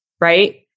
right